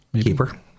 keeper